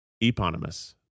Eponymous